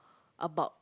about